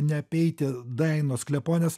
neapeiti dainos kleponės